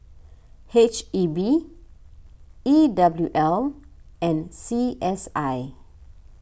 H E B E W L and C S I